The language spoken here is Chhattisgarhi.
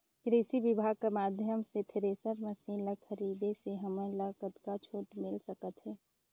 कृषि विभाग कर माध्यम से थरेसर मशीन ला खरीदे से हमन ला कतका छूट मिल सकत हे?